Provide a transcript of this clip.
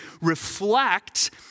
reflect